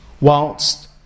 whilst